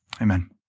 Amen